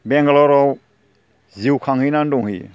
बेंगालराव जिउ खांहैनानै दंहैयो